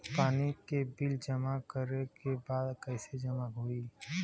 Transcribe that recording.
पानी के बिल जमा करे के बा कैसे जमा होई?